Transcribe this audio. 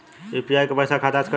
UPI क पैसा खाता से कटी?